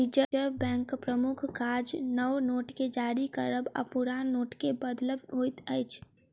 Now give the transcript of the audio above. reserve बैंकक प्रमुख काज नव नोट के जारी करब आ पुरान नोटके बदलब होइत अछि